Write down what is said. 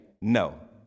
No